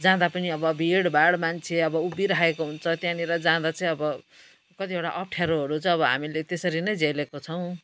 जाँदा पनि अब भिडभाड मान्छे अब उभिराखेको हुन्छ त्यहाँनिर जाँदा चाहिँ अब कतिवटा अप्ठ्यारोहरू चाहिँ अब हामीले त्यसरी नै झेलेको छौँ